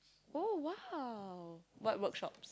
oh !wow! what workshops